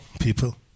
people